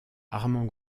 armand